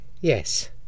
Yes